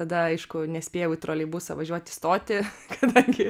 tada aišku nespėjau troleibusą važiuot į stotį kadangi